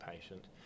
patient